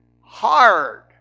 hard